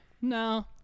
No